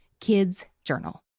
kidsjournal